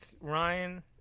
ryan